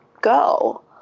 go